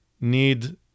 need